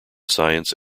science